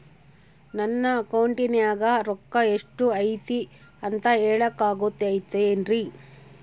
ನನ್ನ ಅಕೌಂಟಿನ್ಯಾಗ ರೊಕ್ಕ ಎಷ್ಟು ಐತಿ ಅಂತ ಹೇಳಕ ಆಗುತ್ತೆನ್ರಿ?